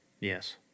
Yes